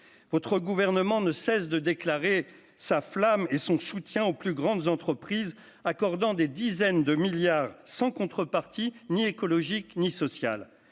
votre gouvernement ne cesse de déclarer sa flamme et son soutien aux plus grandes entreprises, accordant des dizaines de milliards sans contrepartie ni écologique ni sociale,